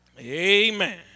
Amen